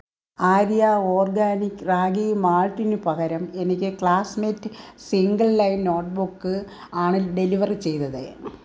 Arya organic ragi മാൾട്ടിനു പകരം എനിക്ക് Classmate single line note book ആണ് ഡെലിവറി ചെയ്തത്